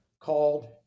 called